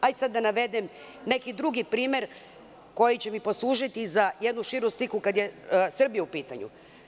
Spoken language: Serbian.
Hajde sada da navedem neki drugi primer, koji će mi poslužiti za jednu širu sliku kada je Srbija u pitanju.